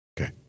Okay